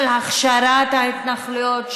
של הכשרת ההתנחלויות,